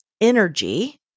energy